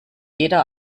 jeder